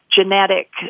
genetic